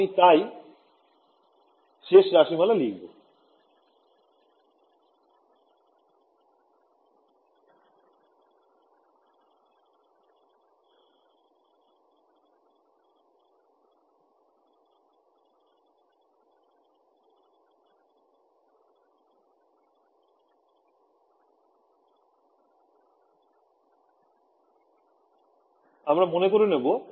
আমি তাই শেষ রাশিমালা লিখবো